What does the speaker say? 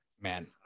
Man